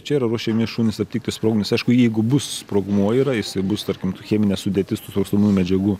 čia yra ruošiami šunys aptikti sprogmenis aišku jeigu bus sprogmuo yra jisai bus tarkim tų cheminė sudėtis tų sprogstamųjų medžiagų